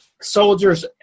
Soldiers